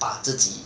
把自己